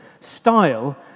style